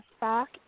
back